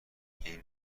این